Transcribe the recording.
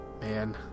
man